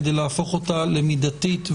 כדי להפוך אותה למידתית,